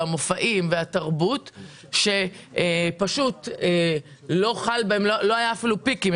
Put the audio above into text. המופעים והתרבות שאפילו לא היו פיקים.